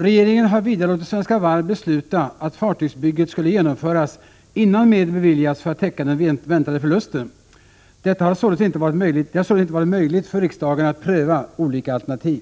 Regeringen har vidare låtit Svenska Varv besluta att fartygsbygget skulle genomföras, innan medel beviljats för att täcka den väntade förlusten. Det har således inte varit möjligt för riksdagen att pröva olika alternativ.